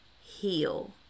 heal